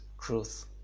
truth